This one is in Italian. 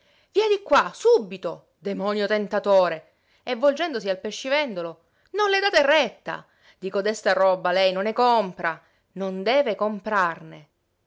di qua subito demonio tentatore e volgendosi al pescivendolo non le date retta di codesta roba lei non ne compra non deve comprarne